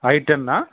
ఐటెన్ఆ